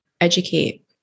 educate